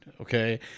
okay